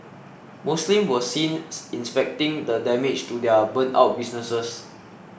Muslims were seen inspecting the damage to their burnt out businesses